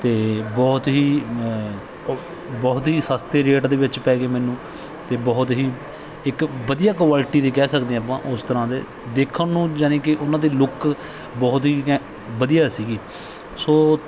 ਅਤੇ ਬਹੁਤ ਹੀ ਬਹੁਤ ਹੀ ਸਸਤੇ ਰੇਟ ਦੇ ਵਿੱਚ ਪੈ ਗਏ ਮੈਨੂੰ ਅਤੇ ਬਹੁਤ ਹੀ ਇੱਕ ਵਧੀਆ ਕੁਆਲਿਟੀ ਦੇ ਕਹਿ ਸਕਦੇ ਆਪਾਂ ਉਸ ਤਰ੍ਹਾਂ ਦੇ ਦੇਖਣ ਨੂੰ ਜਾਨੀ ਕਿ ਉਹਨਾਂ ਦੀ ਲੁੱਕ ਬਹੁਤ ਹੀ ਘੈਂ ਵਧੀਆ ਸੀਗੀ ਸੋ